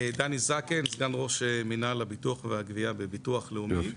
אני סגן ראש מינהל הביטוח והגבייה בביטוח לאומי.